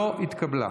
לא התקבלה.